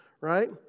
right